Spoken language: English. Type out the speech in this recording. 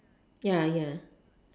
ya ya